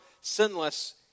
sinless